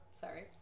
Sorry